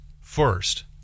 first